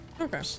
Okay